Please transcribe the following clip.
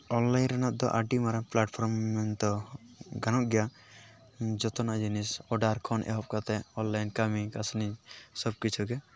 online ᱨᱮᱱᱟᱜ ᱫᱚ ᱟᱹᱰᱤ ᱢᱟᱨᱟᱝ ᱯᱞᱟᱴ ᱯᱷᱨᱚᱢ ᱢᱮᱱᱫᱚ ᱜᱟᱱᱚᱜ ᱜᱮᱭᱟ ᱡᱚᱛᱚᱱᱟᱜ ᱡᱤᱱᱤᱥ ᱚᱰᱟᱨ ᱠᱷᱚᱱ ᱮᱦᱚᱵ ᱠᱟᱛᱮ ᱚᱱᱞᱟᱭᱤᱱ ᱠᱟᱹᱢᱤ ᱠᱟᱹᱥᱱᱤ ᱥᱚᱵᱠᱤᱪᱷᱩ ᱜᱮ